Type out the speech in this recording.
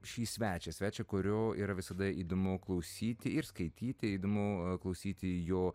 šį svečią svečią kurio yra visada įdomu klausyti ir skaityti įdomu klausyti jo